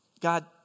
God